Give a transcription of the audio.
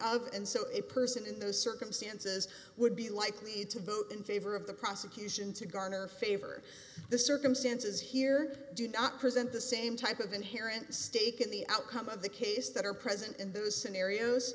of and so a person in those circumstances would be likely to vote in favor of the prosecution to garner favor the circumstances here do not present the same type of inherent stake in the outcome of the case that are present in those scenarios